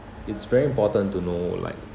it's very important to know like